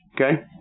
okay